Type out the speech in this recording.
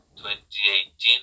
2018